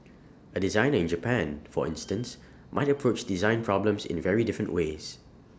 A designer in Japan for instance might approach design problems in very different ways